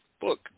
book